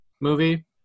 movie